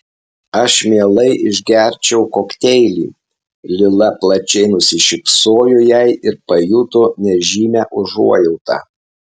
aš mielai išgerčiau kokteilį lila plačiai nusišypsojo jai ir pajuto nežymią užuojautą